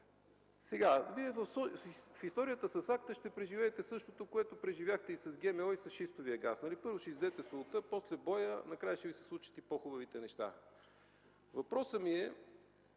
С историята с АСТА ще преживеете същото, което преживяхте с ГМО и с шистовия газ – първо ще изядете солта, после – боя, накрая ще Ви се случат и по-хубавите неща. Въпросът ми е